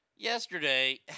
Yesterday